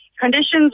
Conditions